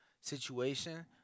situation